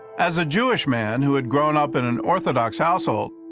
as a jewish man who had grown up in an orthodox household,